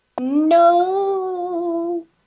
No